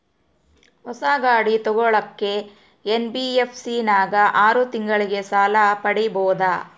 ಹೊಸ ಗಾಡಿ ತೋಗೊಳಕ್ಕೆ ಎನ್.ಬಿ.ಎಫ್.ಸಿ ನಾಗ ಆರು ತಿಂಗಳಿಗೆ ಸಾಲ ಪಡೇಬೋದ?